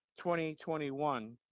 2021